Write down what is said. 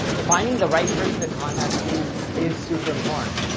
finding the right person to contact to is super important.